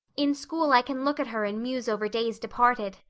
in school i can look at her and muse over days departed.